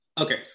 okay